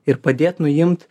ir padėt nuimt